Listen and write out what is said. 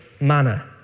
manner